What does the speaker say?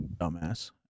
Dumbass